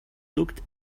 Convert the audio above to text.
looked